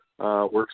Works